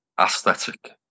aesthetic